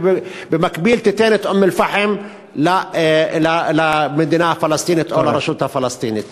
ובמקביל תיתן את אום-אלפחם למדינה הפלסטינית או לרשות הפלסטינית.